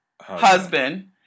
husband